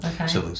Okay